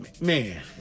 man